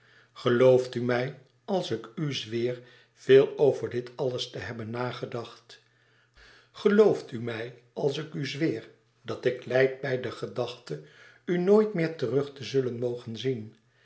gelooft u mij als ik u zweer veel over dit alles te hebben nagedacht gelooft u mij als ik u zweer dat ik lijd bij de gedachte u nooit weêr terug te zullen mogen zien